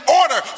order